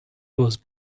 was